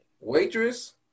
waitress